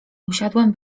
usiadłem